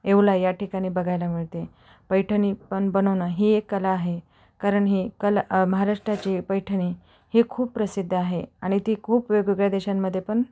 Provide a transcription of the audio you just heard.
येवला या ठिकाणी बघायला मिळते पैठणी पण बनवणं ही एक कला आहे कारण ही कला महाराष्ट्राची पैठणी ही खूप प्रसिद्ध आहे आणि ती खूप वेगवेगळ्या देशांमध्ये पण